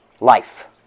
life